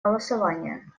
голосования